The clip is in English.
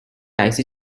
icy